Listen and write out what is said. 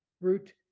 root